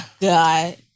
god